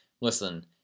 listen